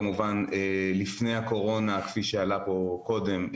כמובן לפני הקורונה כפי שעלה פה קודם,